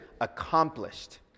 accomplished